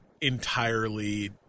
entirely